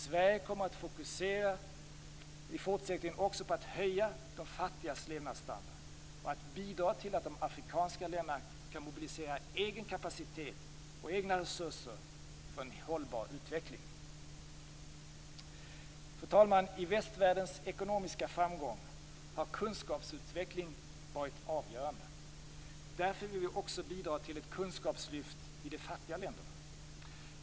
Sverige kommer att fokusera också i fortsättningen på att höja de fattigas levnadsnivå och bidra till att de afrikanska länderna kan mobilisera egen kapacitet och egna resurser för en hållbar utveckling. Fru talman! I västvärldens ekonomiska framgång har kunskapsutveckling varit avgörande. Därför vill vi också bidra till ett kunskapslyft i de fattiga länderna.